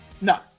No